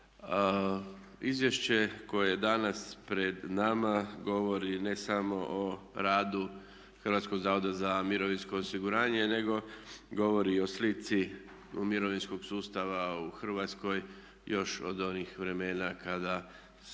Izvješće koje je danas pred nama govori ne samo o radu Hrvatskog zavoda za mirovinsko osiguranje nego govori i o slici mirovinskog sustava u Hrvatskoj još od onih vremena kada se